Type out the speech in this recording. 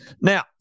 now